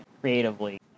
creatively